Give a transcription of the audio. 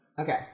Okay